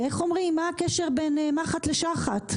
ואיך אומרים: מה הקשר בין מחט לשחת?